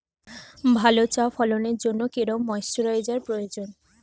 ভালো চা ফলনের জন্য কেরম ময়স্চার প্রয়োজন?